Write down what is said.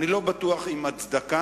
אני לא בטוח שעם הצדקה,